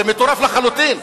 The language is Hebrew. זה מטורף לחלוטין.